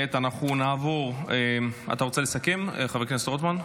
אתה רוצה לסכם, חבר הכנסת רוטמן?